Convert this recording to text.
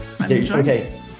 Okay